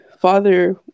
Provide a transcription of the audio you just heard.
father